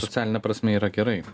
socialine prasme yra gerai